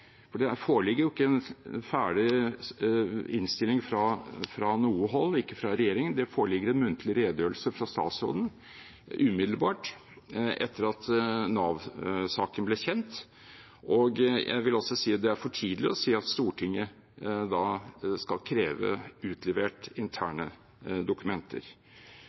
for det foreligger jo ikke en ferdig innstilling fra noe hold, ikke fra regjeringen, det foreligger en muntlig redegjørelse fra statsråden umiddelbart etter at Nav-saken ble kjent – si at det er for tidlig å si at Stortinget skal kreve interne dokumenter